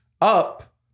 up